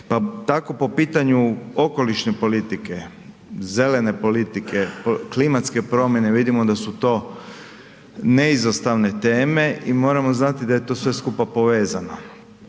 tako po pitanju okolišne politike, zelene politike, klimatske promjene vidimo da su to neizostavne teme i moramo znati da je to sve skupa povezano.